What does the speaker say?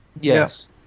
Yes